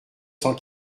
cent